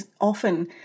often